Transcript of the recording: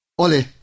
Ole